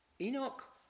Enoch